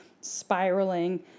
spiraling